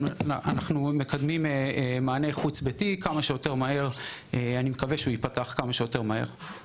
אז אנחנו מקדמים מענה חוץ ביתי ואני מקווה שהוא ייפתח כמה שיותר מהר.